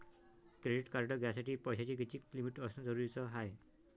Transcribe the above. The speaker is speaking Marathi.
क्रेडिट कार्ड घ्यासाठी पैशाची कितीक लिमिट असनं जरुरीच हाय?